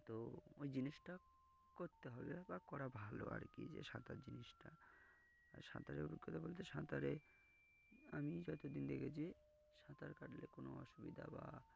তো ওই জিনিসটা করতে হবে বা করা ভালো আর কি যে সাঁতার জিনিসটা আর সাঁতারের অভিজ্ঞতা বলতে সাঁতারে আমি যতদিন দেখেছি সাঁতার কাটলে কোনো অসুবিধা বা